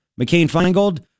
McCain-Feingold